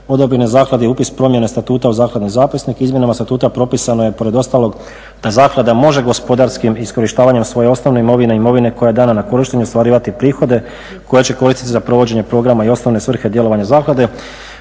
odobren je zakladi upis promjene Statuta u zakladni zapisnik, izmjenama Statuta propisano je pored ostalog da zaklada može gospodarskim iskorištavanjem svoje osnovne imovine, imovine koja je dana na korištenje ostvarivati prihode koje će koristiti za provođenje programa i osnovne svrhe djelovanja zaklade.